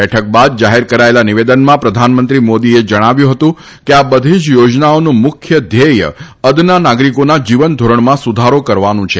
બેઠક બાદ જાહેર કરાયેલા નિવેદનમાં પ્રધાનમંત્રી મોદીએ જણાવ્યું હતું કે આ બધી જ યોજનાઓનું મુખ્ય ધ્યેય અદના નાગરિકોના જીવનધોરણમાં સુધારો કરવાની છે